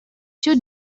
two